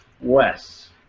Wes